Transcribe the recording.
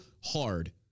hard